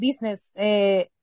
business